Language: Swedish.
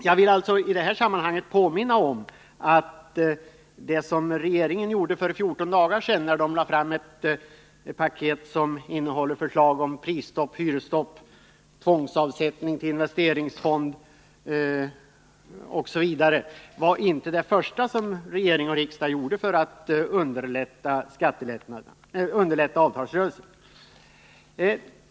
Jag vill alltså i det här sammanhanget påminna om att när regeringen för 14 dagar sedan lade fram ett paket innehållande förslag om prisstopp, hyresstopp, tvångsavsättning till investeringsfond osv. var det inte det första som regering och riksdag gjorde för att underlätta avtalsrörelsen.